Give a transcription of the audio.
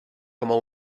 como